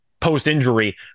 post-injury